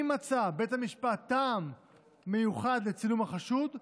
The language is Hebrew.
אם מצא בית המשפט טעם מיוחד לצילום החשוד,